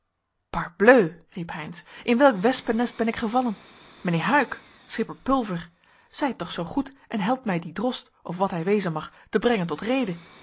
heynsz in welk wespennet ben ik gevallen mijnheer huyck schipper pulver zijt toch zoo goed en helpt mij dien drost of wat hij wezen mag te brengen tot rede